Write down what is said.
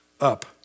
up